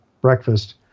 breakfast